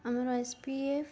ଆମର S P F